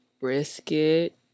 Brisket